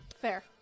Fair